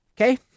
Okay